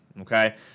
okay